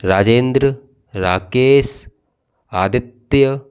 Rajendra Rakesh Aditya